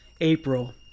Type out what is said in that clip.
April